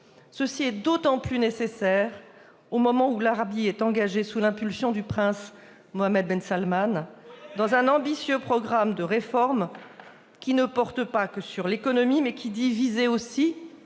Cela est d'autant plus nécessaire au moment où l'Arabie Saoudite est engagée, sous l'impulsion du prince Mohammed ben Salmane, dans un ambitieux programme de réformes qui ne porte pas que sur l'économie, mais qui dit viser aussi